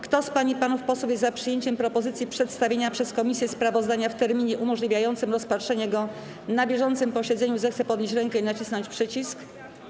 Kto z pań i panów posłów jest za przyjęciem propozycji przedstawienia przez komisję sprawozdania w terminie umożliwiającym rozpatrzenie go na bieżącym posiedzeniu, zechce podnieść rękę i nacisnąć przycisk.